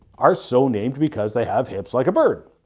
are so named because they have hips like a bird.